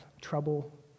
trouble